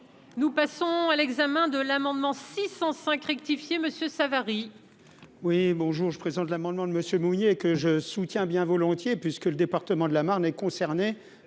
nous passons à l'examen de l'amendement 605 rectifier Monsieur Savary. Oui bonjour je présente l'amendement de Monsieur Mounier et que je soutiens bien volontiers, puisque le département de la Marne est concernée